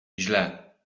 źle